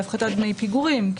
להפחתת דמי פיגורים.